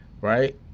right